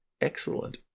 excellent